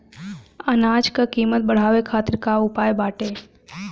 अनाज क कीमत बढ़ावे खातिर का उपाय बाटे?